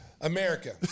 america